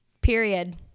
Period